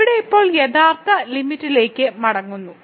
ഇവിടെ ഇപ്പോൾ യഥാർത്ഥ ലിമിറ്റ്ലേക്ക് മടങ്ങുന്നു